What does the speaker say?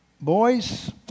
boys